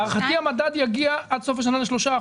להערכתי המדד יגיע עד סוף השנה ל-3%,